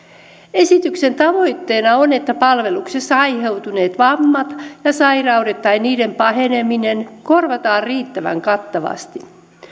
esityksen tavoitteena on että palveluksessa aiheutuneet vammat ja sairaudet tai niiden paheneminen korvataan riittävän kattavasti